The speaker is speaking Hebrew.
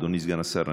אדוני סגן השר,